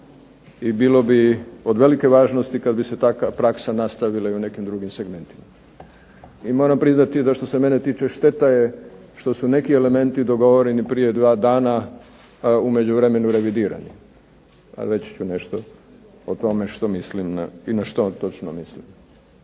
i bilo bi od velike važnosti kad bi se ta praksa nastavila i u nekim drugim segmentima. I moram priznati da što se mene tiče šteta je što su neki elementi dogovoreni prije dva dana u međuvremenu revidirani. Reći ću nešto o tome što mislim i na što točno mislim.